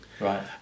right